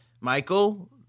Michael